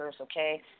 okay